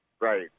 Right